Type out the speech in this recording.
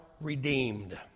redeemed